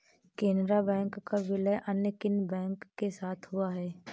Canara bank का विलय अन्य किन बैंक के साथ हुआ है?